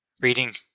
reading